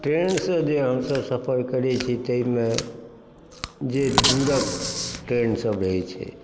train सऽ जे हमसब सफर करै छी ताहि मे जे दूरक ट्रेन सब रहै छै